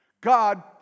God